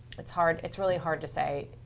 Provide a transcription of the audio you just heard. it's hard, it's really hard to say,